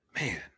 Man